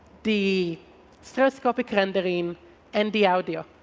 the stereoscopic rendering and the audio.